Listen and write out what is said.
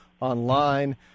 online